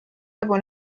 nagu